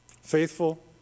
Faithful